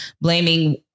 blaming